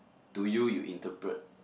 to you you interpret